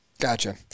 Gotcha